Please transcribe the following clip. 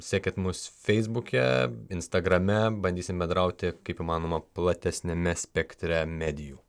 sekit mus feisbuke instagrame bandysim bendrauti kaip įmanoma platesniame spektre medijų